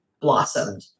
blossomed